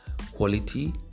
quality